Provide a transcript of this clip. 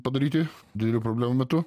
padaryti didelių problemų metu